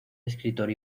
escritor